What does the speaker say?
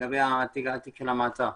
תיק המעצר.